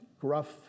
gruff